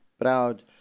proud